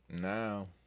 Now